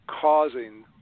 causing